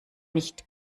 nicht